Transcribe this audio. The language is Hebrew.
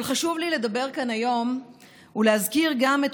אבל חשוב לי לדבר כאן היום ולהזכיר גם את